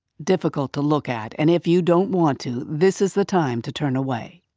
difficult to look at, and if you don't want to, this is the time to turn away.